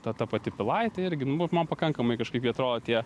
ta ta pati pilaitė irgi man pakankamai kažkaip jie atrodo tie